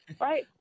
Right